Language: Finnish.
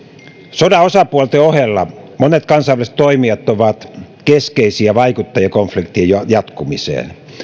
sodan osapuolten ohella monet kansainväliset toimijat ovat keskeisiä vaikuttajia konf liktien jatkumiseen